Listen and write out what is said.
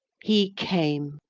he came.